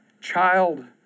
child